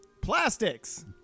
Plastics